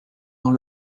dans